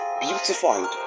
beautified